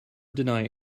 deny